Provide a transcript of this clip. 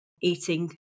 eating